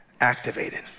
activated